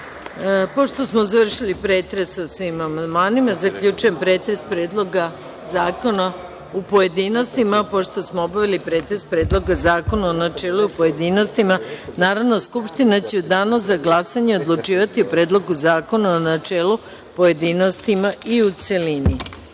smo završili pretres o svim amandmanima, zaključujem pretres Predloga zakona u pojedinostima. Pošto smo obavili pretres Predloga zakona u načelu i pojedinostima, Narodna skupština će u Danu za glasanje odlučivati o Predlogu zakona u načelu, pojedinostima i u